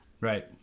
Right